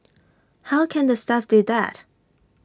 how can the staff do that